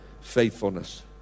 faithfulness